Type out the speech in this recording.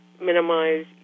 minimize